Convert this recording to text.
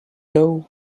door